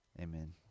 Amen